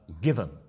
given